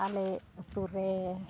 ᱟᱞᱮ ᱟᱛᱳ ᱨᱮ